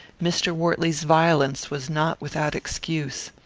mr. wortley's violence was not without excuse.